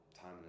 time